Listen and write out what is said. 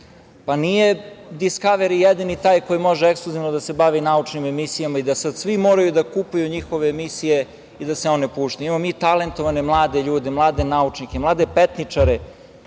pa nije Diskaveri jedini taj koji može ekskluzivno da se bavi naučnim emisijama i da sad svi moraju da kupuju njihove emisije i da se one puštaju. Imamo mi talentovane mlade ljude, mlade naučnike, mlade petničare,